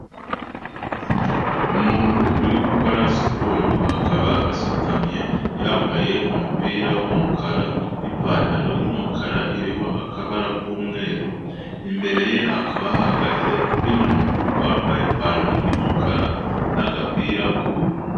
Umuntu uri gukora siporo akaba asutamye yambaye umupira w'umukara n'ipantaro y'umukara iriho akabara k'umweru, imbere ye hakaba hahagaze undi muntu wambaye ipantaro y'umukara n'agapira k'ubururu.